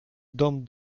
dom